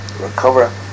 recover